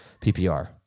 PPR